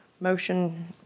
motion